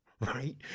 right